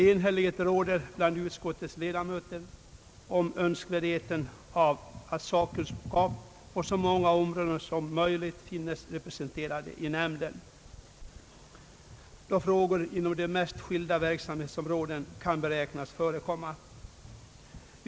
Enhällighet råder bland utskottets 1edamöter om önskvärdheten av att sakkunskap på så många områden som möjligt finns representerad i nämnden, då frågor inom de mest skilda verksamhetsområden kan beräknas förekomma.